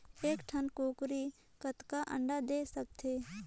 एक ठन कूकरी कतका अंडा दे सकथे?